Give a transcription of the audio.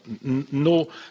no